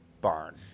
barn